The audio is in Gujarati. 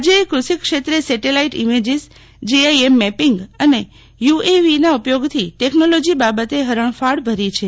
રાજયએ કૂષિ ક્ષેત્રે સેટેલાઇટ ઇમેજીસ જીઆઈએમ મેપિંગ અને યુએવીના ઉપયોગથી ટેકનોલોજી બાબતે હરણફાળ ભરી છે